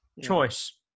choice